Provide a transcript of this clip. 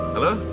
hello.